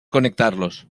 conectarlos